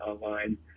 online